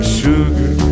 sugar